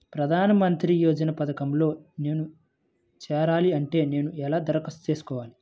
ప్రధాన మంత్రి యోజన పథకంలో నేను చేరాలి అంటే నేను ఎలా దరఖాస్తు చేసుకోవాలి?